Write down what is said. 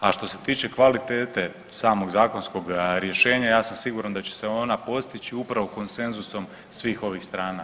A što se tiče kvalitete samog zakonskog rješenja ja sam siguran da će se ona postići upravo konsenzusom svih ovih strana.